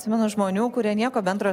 atsimenu žmonių kurie nieko bendro